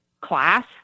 class